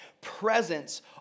presence